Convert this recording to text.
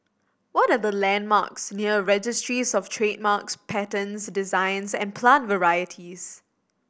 what are the landmarks near Registries Of Trademarks Patents Designs and Plant Varieties